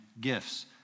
gifts